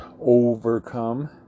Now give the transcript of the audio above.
overcome